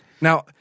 Now